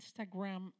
Instagram